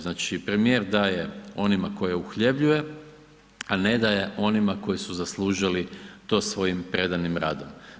Znači premijer daje onima koje uhljebljuje a ne daje onima koji su zaslužili to svojim predanim radom.